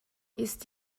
ist